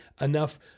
enough